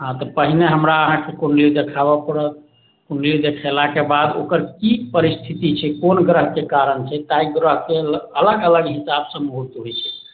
हँ तऽ पहिने अहाँके कुण्डली हमरा देखाबऽ पड़त कुण्डली देखेलाके बाद ओकर की परिस्थिति छै कोन ग्रहके कारण छै ताहि ग्रहके अलग अलग हिसाब से मुहूर्त होइत छै